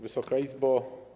Wysoka Izbo!